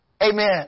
amen